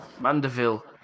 Mandeville